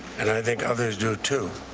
and i think others do too.